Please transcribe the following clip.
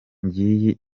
ngiyi